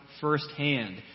firsthand